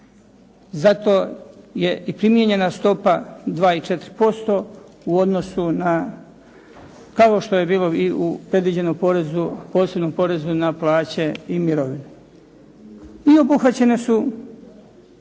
Zato je i primijenjena stopa 2 i 4% u odnosu na kao što je bilo predviđeno u posebnom porezu na plaće i mirovine. I obuhvaćene su